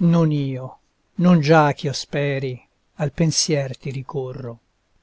non io non già ch'io speri al pensier ti ricorro